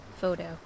photo